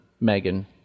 Megan